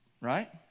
right